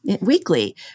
weekly